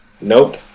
nope